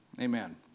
Amen